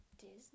disney